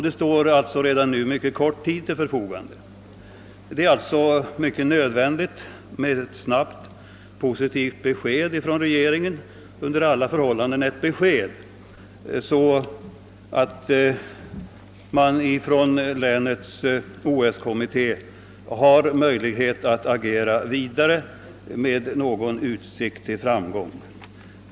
Det står alltså mycket kort tid till förfogande, och det är nödvändigt att ett snabbt positivt besked — och under alla förhållanden ett besked — lämnas av regeringen, så att länets OS-kommitté har möjlighet att agera vidare med någon utsikt till framgång.